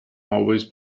always